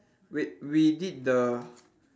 wait we did the